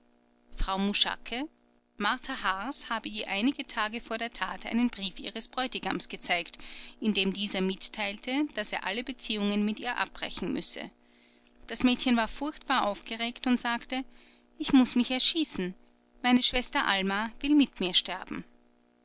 frau mushake martha haars habe ihr einige tage vor der tat einen brief ihres bräutigams gezeigt in dem dieser mitteilte daß er alle beziehungen mit ihr abbrechen müsse das mädchen war furchtbar aufgeregt und sagte ich muß mich erschießen meine schwester alma will mit mir sterben